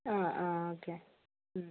ആ ആ ഓക്കെ